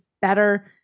better